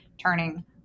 turning